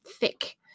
thick